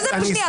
איזו שנייה?